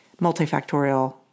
multifactorial